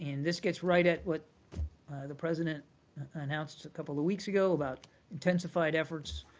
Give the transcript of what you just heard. and this gets right at what the president announced a couple of weeks ago about intensified efforts,